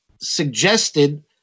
suggested